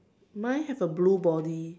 mine have a blue body